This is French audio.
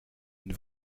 une